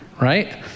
right